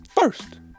First